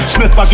Smith